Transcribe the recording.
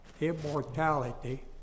immortality